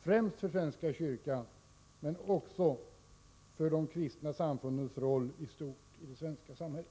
främst för svenska kyrkan men också för de kristna samfunden i stort i det svenska samhället.